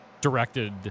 directed